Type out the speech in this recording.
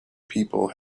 people